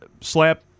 Slap